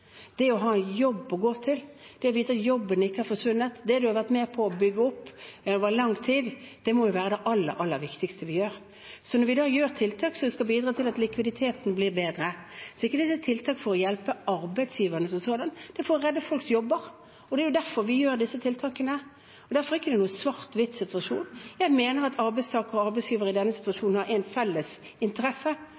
Det å ha en jobb å gå til, det å vite at jobben – det man har vært med på å bygge opp over lang tid – ikke har forsvunnet, må jo være det aller viktigste vi bidrar til. Så når vi da innfører tiltak som skal bidra til at likviditeten blir bedre, er ikke det tiltak for å hjelpe arbeidsgiverne som sådanne – det er for å redde folks jobber. Det er derfor vi innfører disse tiltakene. Derfor er det ikke en svart–hvitt-situasjon. Jeg mener at arbeidstakere og arbeidsgivere i denne